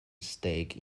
stake